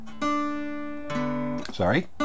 Sorry